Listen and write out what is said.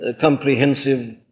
comprehensive